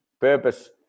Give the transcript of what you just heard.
purpose